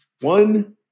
one